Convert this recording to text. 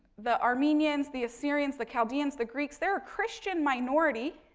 the armenians, the assyrians, the chaldeans, the greeks, they're a christian minority,